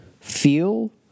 feel